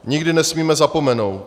Nikdy nesmíme zapomenout.